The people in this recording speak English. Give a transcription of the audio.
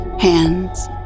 Hands